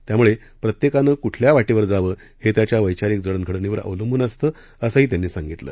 त्यामुळे प्रत्येकानं कुठल्या वाटेवर जावं हे त्याच्या वैचारिक जडण घडणीवर अवलंबून असतं असंही त्यांनी सांगितलं